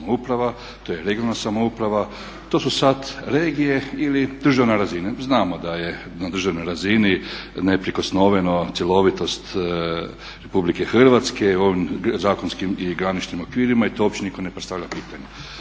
to je regionalna samouprava, to su sad regije ili državna razina. Znamo da je na državnoj razini neprikosnoveno cjelovitost RH, ovim zakonskim i graničnim okvirima i to uopće ne postavlja pitanje.